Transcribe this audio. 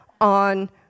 on